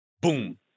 boom